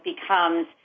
becomes